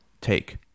take